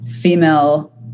female